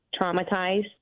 traumatized